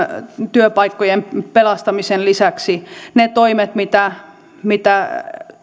työpaikkojen pelastamisen lisäksi ne toimet mitä mitä